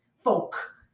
folk